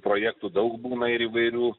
projektų daug būna ir įvairių